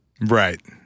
Right